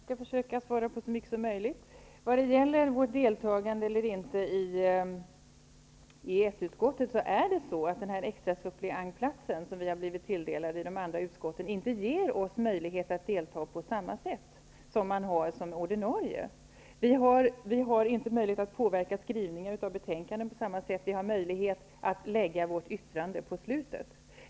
Herr talman! Jag skall försöka svara på så många frågor som möjligt. Först till frågan om vårt eventuella deltagande i EES-utskottet. Den extra suppleantplats som vi har blivit tilldelad i de andra utskotten ger oss inte möjlighet att delta på samma sätt som ordinarie ledamöter i utskotten. Vi har inte möjlighet att påverka skrivningen av ett betänkande på samma sätt som andra partier, utan vi har i stället möjlighet att efteråt foga vårt yttrande till betänkandet.